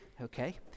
Okay